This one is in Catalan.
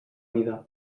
vida